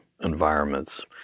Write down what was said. environments